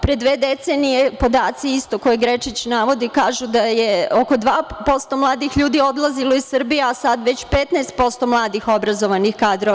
Pre dve decenije, podaci koje je Grečić navodi kažu da je oko 2% mladih ljudi odlazilo iz Srbije, a sada već 15% mladih obrazovanih kadrova.